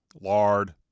lard